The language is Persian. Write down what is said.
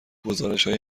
گزارشهای